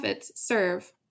serve